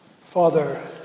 Father